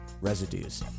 residues